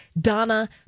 Donna